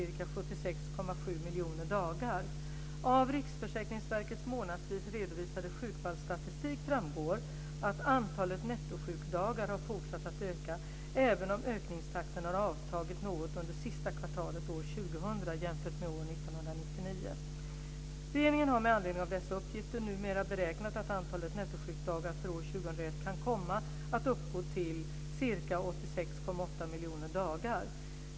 Riksförsäkringsverkets månadsvis redovisade sjukfallsstatistik framgår att antalet nettosjukdagar har fortsatt att öka även om ökningstakten har avtagit något under sista kvartalet år 2000 jämfört med år 1999. Regeringen har med anledning av dessa uppgifter numera beräknat att antalet nettosjukdagar för år 2001 kan komma att uppgå till ca 86,8 miljoner dagar.